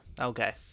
Okay